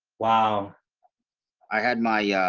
wow i had my ah